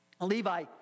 Levi